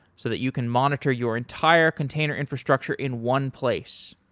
so that you can monitor your entire container infrastructure in one place.